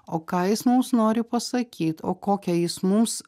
o ką jis mums nori pasakyt o kokią jis mums